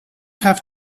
have